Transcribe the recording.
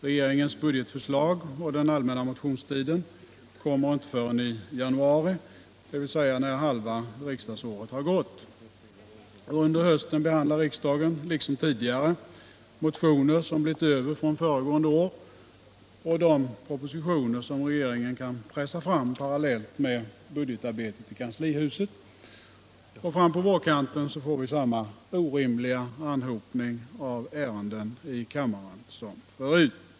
Regeringens budgetförslag och den allmänna motionstiden kommer inte förrän i januari, alltså när halva riksdagsåret gått. Och under hösten behandlar riksdagen liksom tidigare motioner som blivit över från föregående år och de propositioner som regeringen kan pressa fram parallellt med budgetarbetet i kanslihuset. Fram på vårkanten får vi samma orimliga anhopning av ärenden i kammaren som förut.